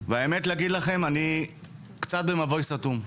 והאמת להגיד לכם, אני קצת במבוי סתום.